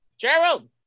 Gerald